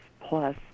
plus